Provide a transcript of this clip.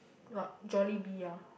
what Jollibee ah